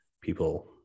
people